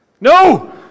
No